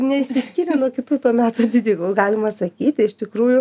nesiskyrė nuo kitų to meto didikų galima sakyti iš tikrųjų